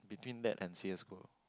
between that and C_S